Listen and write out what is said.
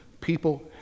People